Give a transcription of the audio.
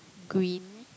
green